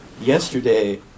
Yesterday